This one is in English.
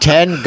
Ten